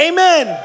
Amen